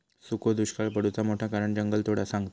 सुखो दुष्काक पडुचा मोठा कारण जंगलतोड सांगतत